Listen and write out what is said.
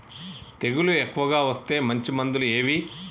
తెగులు ఎక్కువగా వస్తే మంచి మందులు ఏవి?